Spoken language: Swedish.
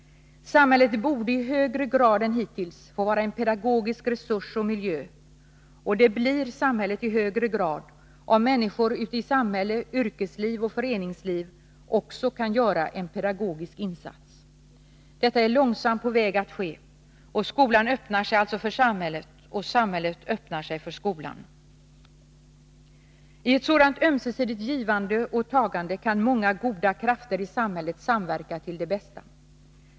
Samhället borde i högre grad än hittills få vara en pedagogisk resurs och miljö, och samhället blir det i högre grad om människor ute i samhälle, yrkesliv och föreningsliv också kan göra en pedagogisk insats. Detta är långsamt på väg att ske. Skolan öppnar sig alltså för samhället, och samhället öppnar sig för skolan. I ett sådant ömsesidigt givande och tagande kan många goda krafter i samhället samverka till det bästa.